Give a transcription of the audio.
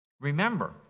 Remember